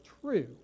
true